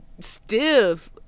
stiff